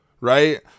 right